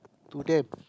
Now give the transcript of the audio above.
to them